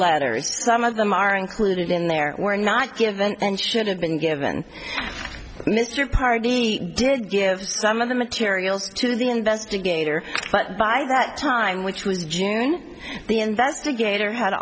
letters some of them are included in there were not given and should have been given mr pardine did give some of the materials to the investigator but by that time which was june the investigator had